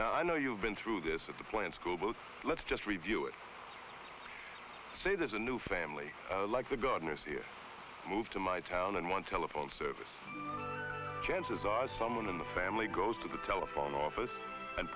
now i know you've been through this a plant school bus let's just review it say there's a new family like the gardeners here move to my town and one telephone service chances are someone in the family goes to the telephone office and